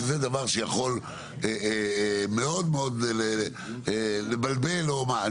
שזה דבר שיכול מאוד מאוד לבלבל או מה,